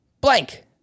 blank